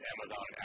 Amazon